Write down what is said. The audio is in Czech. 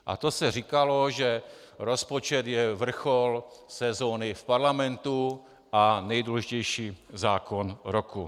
A to se říkalo, že rozpočet je vrchol sezóny v Parlamentu a nejdůležitější zákon roku.